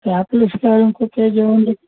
apples కాయలు ఇంకో kg ఇవ్వండి